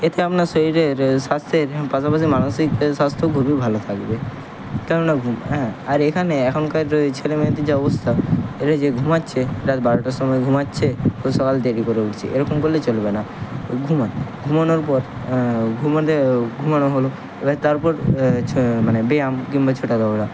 এতে আপনার শরীরের স্বাস্থ্যের পাশাপাশি মানসিক স্বাস্থ্যও খুবই ভালো থাকবে কেননা ঘুম হ্যাঁ আর এখানে এখনকার ওই ছেলে মেয়েদের যা অবস্থা এরা যে ঘুমাচ্ছে রাত বারোটার সময় ঘুমাচ্ছে সকালে দেরি করে উঠছে এরকম করলে চলবে না ঘুমোন ঘুমানোর পর ঘুমোলে ঘুমোনো হলো এবার তারপর ছা মানে ব্যায়াম কিম্বা ছোটা দৌড়া